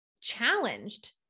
challenged